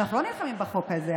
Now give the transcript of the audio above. אנחנו לא נלחמים בחוק הזה.